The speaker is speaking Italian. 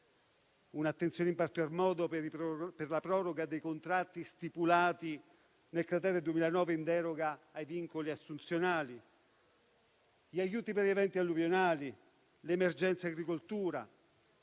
l'attenzione particolare per la proroga dei contratti stipulati nel cratere del 2009, in deroga ai vincoli assunzionali; gli aiuti per gli eventi alluvionali; l'emergenza agricoltura.